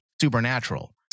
Supernatural